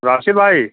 राशिद भाई